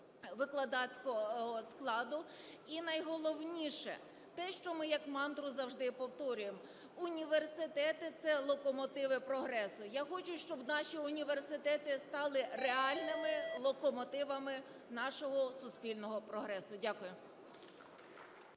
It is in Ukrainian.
викладацького складу. І найголовніше - те, що ми як мантру завжди повторюємо: університети – це локомотиви прогресу. Я хочу, щоб наші університети стали реальними локомотивами нашого суспільного прогресу. Дякую.